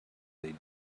they